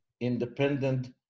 independent